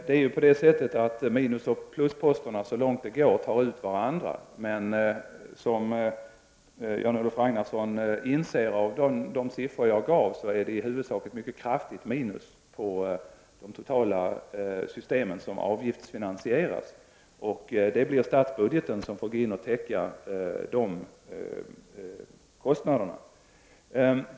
Herr talman! Minusoch plusposterna tar så långt det går ut varandra. Av de siffror jag angav inser dock Jan-Olof Ragnarsson att det i huvudsak är ett mycket kraftigt minus för de totala systemen som avgiftsfinansieras, och det blir statsbudgeten som får gå in och täcka kostnaderna.